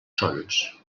sons